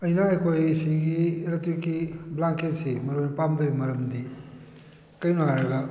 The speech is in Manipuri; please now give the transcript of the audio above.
ꯑꯩꯅ ꯑꯩꯈꯣꯏ ꯁꯤꯒꯤ ꯑꯦꯂꯦꯛꯇ꯭ꯔꯤꯛꯀꯤ ꯕ꯭ꯂꯥꯡꯀꯦꯠꯁꯦ ꯃꯔꯨ ꯑꯣꯏꯅ ꯄꯥꯝꯗꯕꯒꯤ ꯃꯔꯝꯗꯤ ꯀꯔꯤꯒꯤꯅꯣ ꯍꯥꯏꯔꯒ